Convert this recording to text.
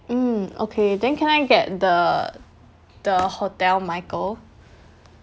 mm okay then can I get the the hotel michael